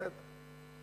בסדר.